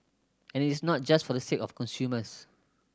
and it is not just for the sake of consumers